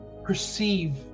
perceive